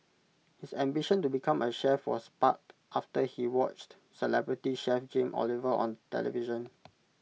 his ambition to become A chef was sparked after he watched celebrity chef Jamie Oliver on television